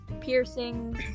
piercings